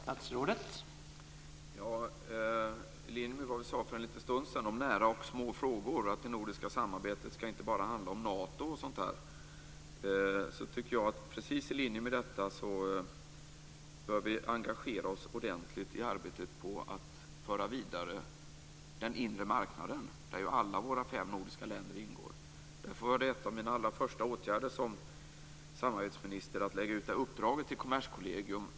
Herr talman! I linje med vad vi sade för en liten stund sedan om nära och små frågor och att det nordiska samarbetet inte bara skall handla om Nato och sådant bör vi engagera oss ordentligt i arbetet med att föra vidare den inre marknaden, där ju alla våra fem nordiska länder ingår. Därför var det en av mina allra första åtgärder som samarbetsminister att lägga ut det här uppdraget till Kommerskollegium.